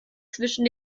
zwischen